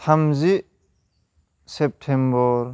थामजि सेप्तेम्बर